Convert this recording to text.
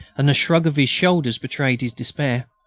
and the shrug of his shoulders betrayed his despair